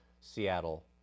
Seattle